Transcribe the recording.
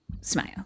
smile